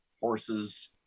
horses